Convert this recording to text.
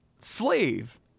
slave